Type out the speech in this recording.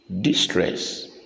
Distress